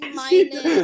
minus